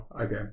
okay